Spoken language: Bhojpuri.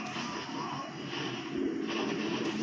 सरसों बोअला के बाद मकई अउर चना बोअल जा सकेला